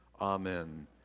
Amen